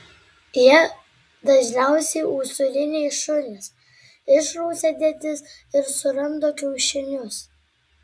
jie dažniausiai usūriniai šunys išrausia dėtis ir suranda kiaušinius